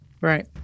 Right